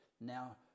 now